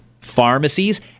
pharmacies